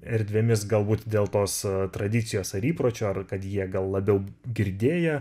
erdvėmis galbūt dėl tos tradicijos ar įpročio ar kad jie gal labiau girdėję